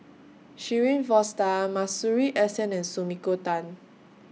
Shirin Fozdar Masuri S N and Sumiko Tan